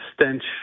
stench